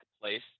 place